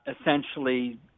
essentially